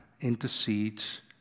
intercedes